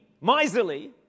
miserly